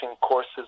courses